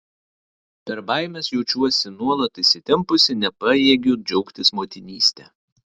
per baimes jaučiuosi nuolat įsitempusi nepajėgiu džiaugtis motinyste